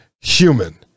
human